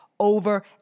over